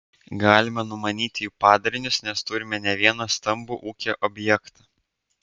galima numanyti jų padarinius nes turime ne vieną stambų ūkio objektą